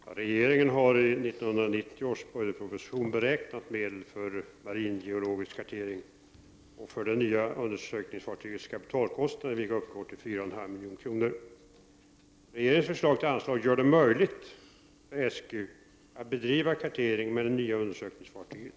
Herr talman! Regeringen har i 1990 års budgetproposition beräknat medel för maringeologisk kartering och för det nya undersökningsfartygets kapitalkostnader, vilka uppgår till 4,5 milj.kr. Regeringens förslag till anslag gör det möjligt för SGU att bedriva kartering med det nya undersökningsfartyget.